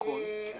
נכון.